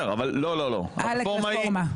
עאלק רפורמה.